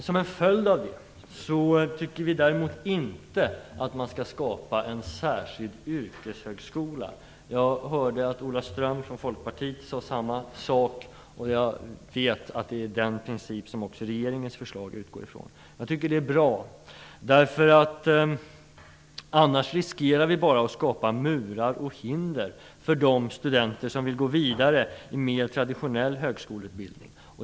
Som en följd av det anser vi inte att man skall skapa en särskild yrkeshögskola. Ola Ström från Folkpartiet sade samma sak. Jag vet att det är den princip som också regeringens förslag utgår från. Jag tycker att det är bra, annars riskerar vi att skapa murar och hinder för de studenter som vill gå vidare med traditionell högskoleutbildning.